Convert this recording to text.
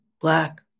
black